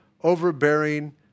overbearing